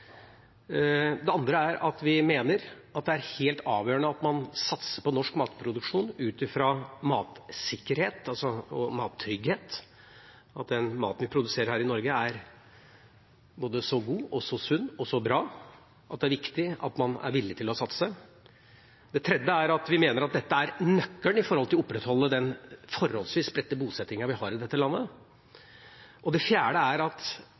Det andre er at vi mener det er helt avgjørende at man satser på norsk matproduksjon ut ifra matsikkerhet og mattrygghet – den maten vi produserer her i Norge, er både så god, så sunn og så bra at det er viktig at man er villig til å satse. Det tredje er at vi mener dette er nøkkelen når det gjelder å opprettholde den forholdsvis spredte bosettingen vi har i dette landet. Det fjerde er at